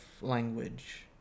language